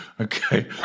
Okay